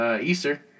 Easter